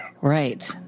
Right